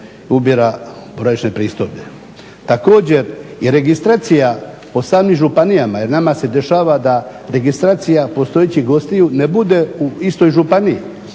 ubira boravišne pristojbe. Također je registracija po samim županijama, jer nama se dešava da registracija postojećih gostiju ne bude u istoj županiji